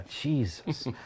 Jesus